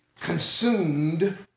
consumed